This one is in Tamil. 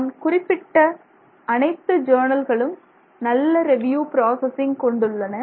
நான் குறிப்பிட்ட அனைத்து ஜேர்ணல்களும் நல்ல ரெவியூ பிராசசிங் கொண்டுள்ளன